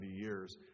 years